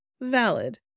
valid